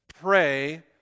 Pray